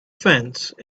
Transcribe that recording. fence